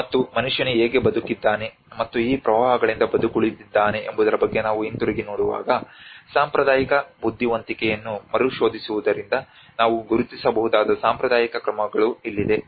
ಮತ್ತು ಮನುಷ್ಯನು ಹೇಗೆ ಬದುಕಿದ್ದಾನೆ ಮತ್ತು ಈ ಪ್ರವಾಹಗಳಿಂದ ಬದುಕುಳಿದಿದ್ದಾನೆ ಎಂಬುದರ ಬಗ್ಗೆ ನಾವು ಹಿಂತಿರುಗಿ ನೋಡುವಾಗ ಸಾಂಪ್ರದಾಯಿಕ ಬುದ್ಧಿವಂತಿಕೆಯನ್ನು ಮರುಶೋಧಿಸುವುದರಿಂದ ನಾವು ಗುರುತಿಸಬಹುದಾದ ಸಾಂಪ್ರದಾಯಿಕ ಕ್ರಮಗಳು ಇಲ್ಲಿದೆ